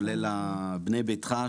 כולל ה'בנה ביתך',